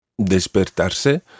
despertarse